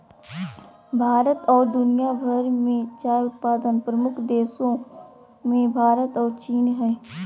भारत और दुनिया भर में चाय उत्पादन प्रमुख देशों मेंभारत और चीन हइ